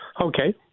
Okay